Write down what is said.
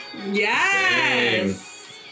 Yes